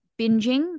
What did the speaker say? binging